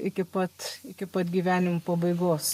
iki pat iki pat gyvenimo pabaigos